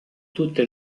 tutte